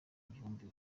ibihumbi